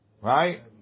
right